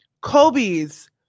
Kobe's